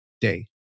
Day